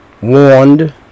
warned